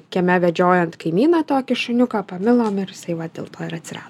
kieme vedžiojant kaimyną tokį šuniuką pamilom ir jisai va dėl to ir atsirado